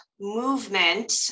movement